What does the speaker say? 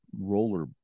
roller